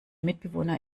mitbewohner